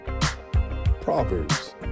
Proverbs